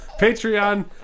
Patreon